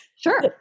Sure